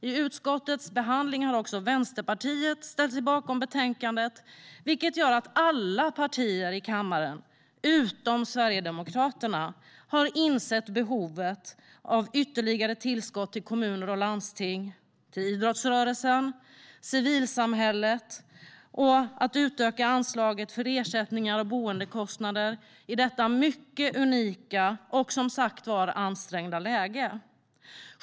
I utskottets behandling har också Vänsterpartiet ställt sig bakom betänkandet, vilket gör att alla partier i kammaren utom Sverigedemokraterna har insett behovet av ytterligare tillskott till kommuner och landsting, idrottsrörelsen, civilsamhället och ett utökat anslag för ersättningar och boendekostnader i detta unika och, som sagt, ansträngda läge.